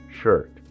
shirt